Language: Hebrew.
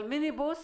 אבל מיניבוס